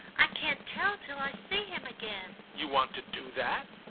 i can't tell till i see him again. you want to do that?